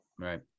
Right